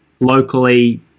locally